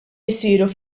jsiru